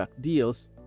deals